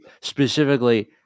specifically